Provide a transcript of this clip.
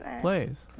Plays